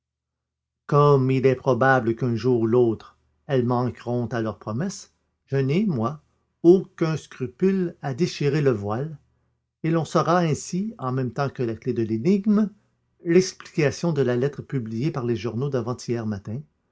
comme il est probable qu'un jour ou l'autre elles manqueront à leur promesse je n'ai moi aucun scrupule à déchirer le voile et l'on aura ainsi en même temps que la clef de l'énigme l'explication de la lettre publiée par les journaux d'avant-hier matin